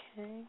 Okay